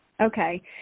Okay